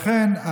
לכן,